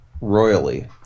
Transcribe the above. royally